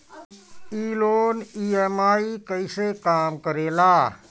ई loan EMI कईसे काम करेला?